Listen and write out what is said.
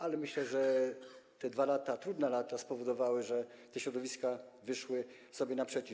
Ale myślę, że te 2 lata - trudne lata - spowodowały, że te środowiska wyszły sobie naprzeciw.